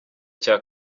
cya